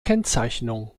kennzeichnung